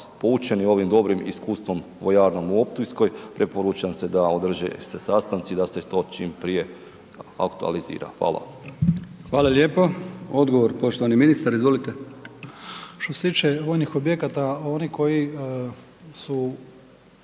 poučeni ovim dobrim iskustvom vojarnom u Optujskoj, preporučam se da održe se sastanci i da se to čim prije aktualizira. Hvala. **Brkić, Milijan (HDZ)** Hvala lijepo. Odgovor poštovani ministar, izvolite. **Banožić, Mario (HDZ)** Što se tiče vojnih objekata, oni koji su,